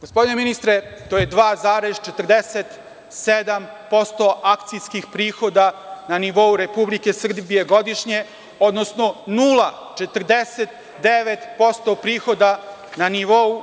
Gospodine ministre, to je 2,47% akcijskih prihoda na nivou Republike Srbije godišnje, odnosno 0,49% prihoda na nivou